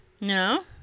No